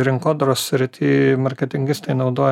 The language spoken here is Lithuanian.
rinkodaros srity marketingistai naudoja